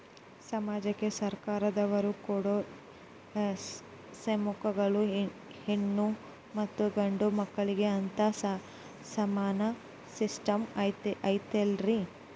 ಸಮಾಜಕ್ಕೆ ಸರ್ಕಾರದವರು ಕೊಡೊ ಸ್ಕೇಮುಗಳಲ್ಲಿ ಹೆಣ್ಣು ಮತ್ತಾ ಗಂಡು ಮಕ್ಕಳಿಗೆ ಅಂತಾ ಸಮಾನ ಸಿಸ್ಟಮ್ ಐತಲ್ರಿ?